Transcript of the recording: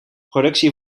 productie